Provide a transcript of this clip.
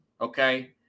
Okay